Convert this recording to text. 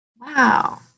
Wow